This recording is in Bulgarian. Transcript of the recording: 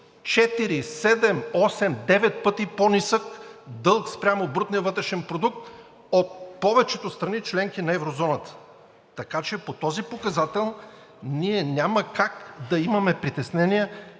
осем, девет пъти по-нисък дълг спрямо брутния вътрешен продукт от повечето страни – членки на еврозоната. Така че по този показател ние няма как да имаме притеснения